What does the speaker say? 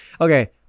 Okay